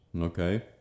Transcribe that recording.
Okay